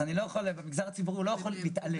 זה לא משהו שהמגזר הציבורי יכול להתעלם ממנו.